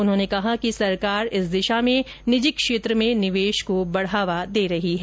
उन्होंने कहा कि सरकार इस दिशा में निजी क्षेत्र में निवेश को बढ़ावा दे रही है